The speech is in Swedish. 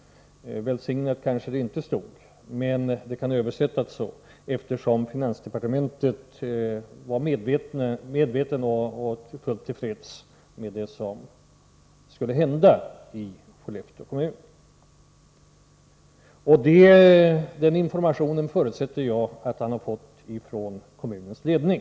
Möjligen fanns ordet ”välsignad” inte med, men det skulle måhända ha kunnat vara med, eftersom finansdepartementet var medvetet om och fullt till freds med det som skulle hända i Skellefteå kommun. Jag förutsätter att finansministern har fått den informationen från kommunens ledning.